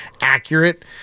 accurate